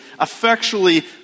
effectually